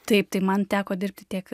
taip tai man teko dirbti tiek